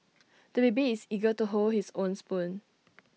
the baby is eager to hold his own spoon